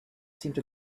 seemed